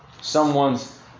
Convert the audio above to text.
someone's